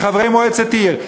לחברי מועצת עיר.